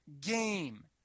game